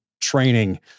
training